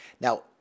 Now